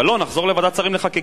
ולא, נחזור לוועדת שרים לחקיקה.